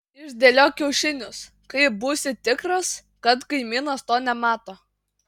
išdėliok kiaušinius kai būsi tikras kad kaimynas to nemato